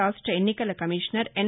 రాష్ట్ర ఎన్నికల కమిషనర్ ఎన్